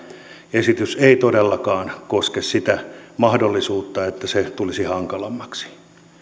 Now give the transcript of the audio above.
esitys ei todellakaan koske sitä mahdollisuutta että se tulisi hankalammaksi